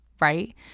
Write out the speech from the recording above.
right